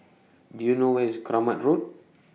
Do YOU know Where IS Kramat Road